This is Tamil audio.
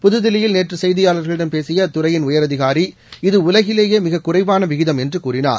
புதுதில்லியில் நேற்று செய்தியாளர்களிடம் பேசிய அத்துறையின் உயரதிகாரி இது உலகிலேயே மிக குறைவான விகிதம் என்று கூறினார்